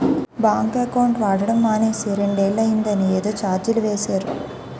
bank account వాడడం మానేసి రెండేళ్ళు అయిందని ఏదో చార్జీలు వేసేరు